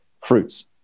fruits